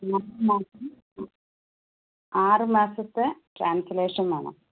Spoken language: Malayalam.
ആറ് മാസത്തെ ക്യാൻസലേഷൻ വേണം